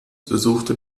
besuchte